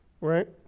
right